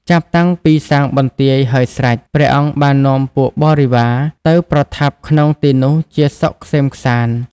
ចាប់តាំងពីសាងបន្ទាយហើយស្រេច ព្រះអង្គបាននាំពួកបរិវារទៅប្រថាប់ក្នុងទីនោះជាសុខក្សេមក្សាន្ត ។